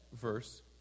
verse